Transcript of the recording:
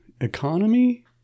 economy